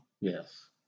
Yes